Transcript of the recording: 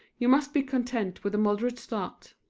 you must be content with a moderate start.